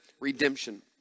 redemption